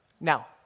Now